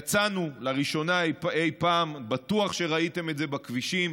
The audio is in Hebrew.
יצאנו לראשונה אי-פעם, בטוח שראיתם את זה בכבישים,